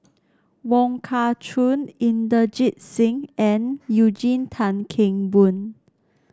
Wong Kah Chun Inderjit Singh and Eugene Tan Kheng Boon